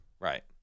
Right